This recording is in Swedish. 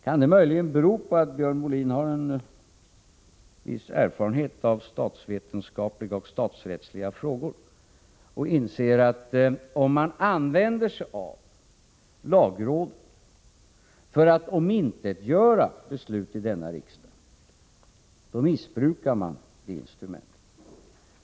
Kan det möjligen bero på att Björn Molin har en viss erfarenhet av statsvetenskapliga och statsrättsliga frågor och inser, att om man använder sig av lagrådet för att omintetgöra beslut i denna riksdag, missbrukar man det instrumentet.